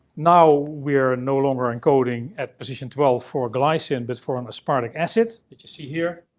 now we're no longer encoded at position twelve for glycine but for an aspartic acid, which you see here.